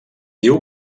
diu